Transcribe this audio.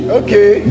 okay